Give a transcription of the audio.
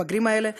למתבגרים האלה,